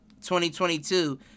2022